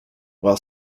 while